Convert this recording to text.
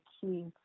key